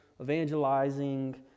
evangelizing